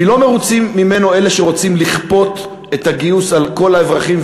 כי לא מרוצים ממנו אלה שרוצים לכפות את הגיוס על כל האזרחים,